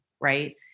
right